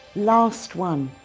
last one.